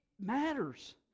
matters